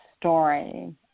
story